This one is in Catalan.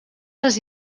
les